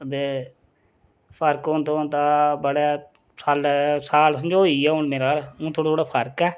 ते फर्क होंदा होंदा बड़े सालै साल समझो होई गेआ हून मेरा हून थोह्ड़ा थोह्ड़ा फर्क ऐ